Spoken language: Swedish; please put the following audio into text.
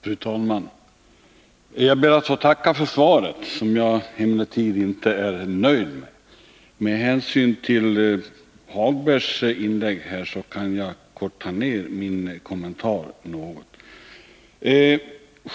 Fru talman! Jag ber att få tacka för svaret, som jag emellertid inte är nöjd med. Med hänsyn till Lars-Ove Hagbergs inlägg kan jag korta ned min kommentar något.